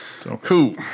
cool